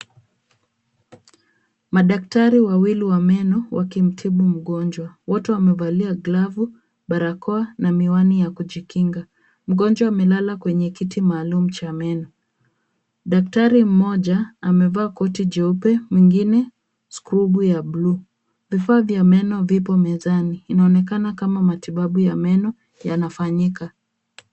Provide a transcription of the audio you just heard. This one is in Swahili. Madaktari wawili wa meno wakimtibu mgonjwa. Wote wamevalia glavu, barakoa na miwani ya kujikinga. Mgonjwa amelala kwenye kiti maalum cha meno. Daktari mmoja amevaa koti jeupe na mwingine na skrubu ya buluu. Vifaa vya meno viko mezani. Inaonekana kama matibabu ya meno yanafanyika.